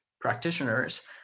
practitioners